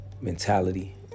mentality